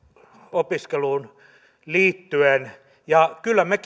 opiskeluun liittyen ja kyllä me